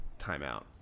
timeout